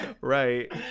Right